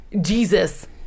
Jesus